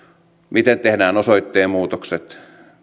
miten tehdään osoitteenmuutokset